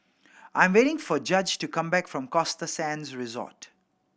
I am waiting for Judge to come back from Costa Sands Resort